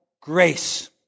grace